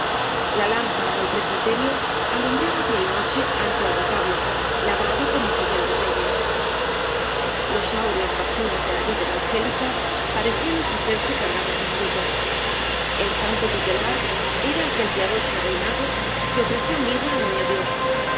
la lámpara del pres biterio alumbraba día y noche ante el reta blo labrado como joyel de reyes los áureos racimos de la vid evangélica parecían ofre cerse cargados de fruto el santo tutelar era aquel piadoso rey mago que ofreció mirra al niño dios